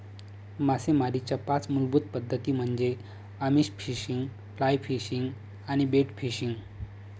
मासेमारीच्या पाच मूलभूत पद्धती म्हणजे आमिष फिशिंग, फ्लाय फिशिंग आणि बेट फिशिंग